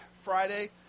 Friday